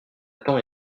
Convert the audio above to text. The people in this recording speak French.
temps